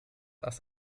ass